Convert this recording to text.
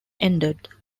ended